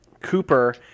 Cooper